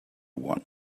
one